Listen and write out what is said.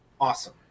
Awesome